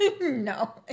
No